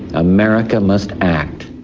america must act.